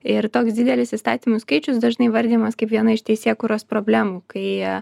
ir toks didelis įstatymų skaičius dažnai įvardijamas kaip viena iš teisėkūros problemų kai